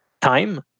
time